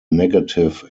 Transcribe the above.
negative